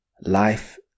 life